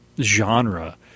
genre